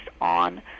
on